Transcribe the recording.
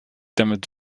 damit